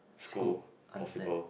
school possible